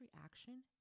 reaction